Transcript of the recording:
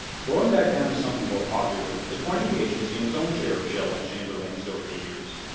going back down to something more popular, the twenty ga has seen its own share of shell and chamber lengths over the years.